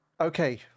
Okay